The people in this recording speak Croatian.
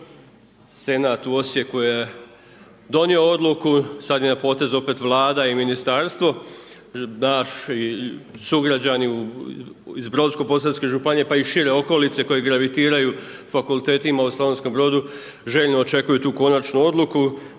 Senat u Osijeku je donio odluku, sada je na potezu opet vlada i ministarstvo, daš sugrađana, iz Brodsko posavske županije pa i šire okolice koji gravitiraju fakultetima u Slavonskom Brodu željno očekuju tu konačnu odluku,